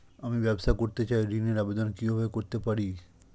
আমি ব্যবসা করতে চাই ঋণের আবেদন কিভাবে করতে পারি?